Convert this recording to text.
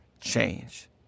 change